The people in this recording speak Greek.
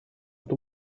του